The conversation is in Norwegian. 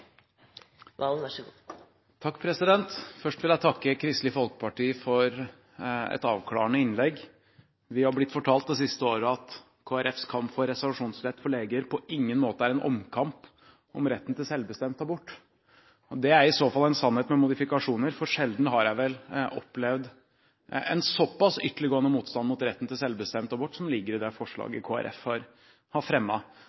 Først vil jeg takke Kristelig Folkeparti for et avklarende innlegg. Vi har blitt fortalt de siste årene at Kristelig Folkepartis kamp for reservasjonsrett for leger på ingen måte er en omkamp om retten til selvbestemt abort. Det er i så fall en sannhet med modifikasjoner, for sjelden har jeg opplevd en såpass ytterliggående motstand mot retten til selvbestemt abort som ligger i det